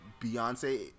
Beyonce